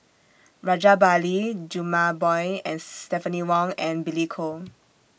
Rajabali Jumabhoy Stephanie Wong and Billy Koh